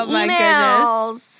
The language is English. emails